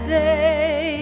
day